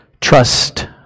Trust